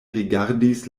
rigardis